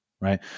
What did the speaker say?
right